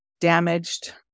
damaged